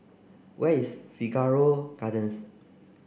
where is Figaro Gardens